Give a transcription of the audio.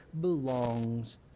belongs